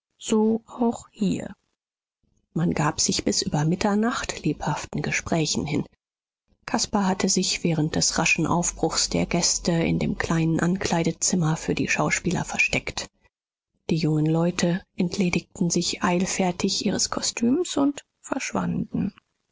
so auch hier man gab sich bis über mitternacht lebhaften gesprächen hin caspar hatte sich während des raschen aufbruchs der gäste in dem kleinen ankleidezimmer für die schauspieler versteckt die jungen leute entledigten sich eilfertig ihres kostüms und verschwanden